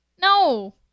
No